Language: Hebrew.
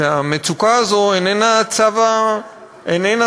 שהמצוקה הזאת איננה צו גורל,